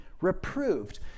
reproved